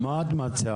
מה את מציעה?